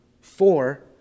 Four